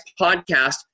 podcast